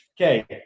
Okay